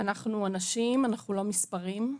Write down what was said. אנחנו אנשים, אנחנו לא מספרים.